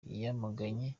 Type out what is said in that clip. yamaganye